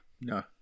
No